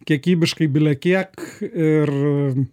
kiekybiškai bilekiek ir